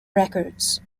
records